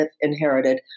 inherited